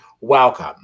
Welcome